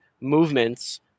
movements